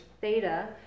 theta